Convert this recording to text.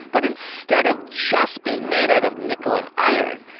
but instead of just being made out of nickel and iron,